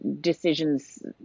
decisions